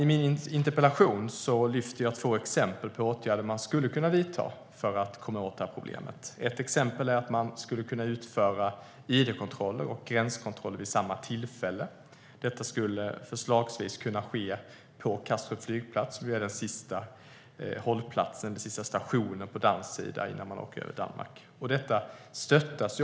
I min interpellation lyfter jag fram två exempel på åtgärder som man skulle kunna vidta för att komma åt problemet. Ett exempel är att man skulle kunna utföra id-kontroller och gränskontroller vid samma tillfälle. Detta skulle förslagsvis kunna ske på Kastrups flygplats, som är den sista hållplatsen och stationen på dansk sida innan man åker över bron från Danmark.